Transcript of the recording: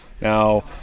Now